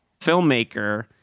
filmmaker